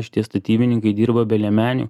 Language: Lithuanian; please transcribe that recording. šitie statybininkai dirba be liemenių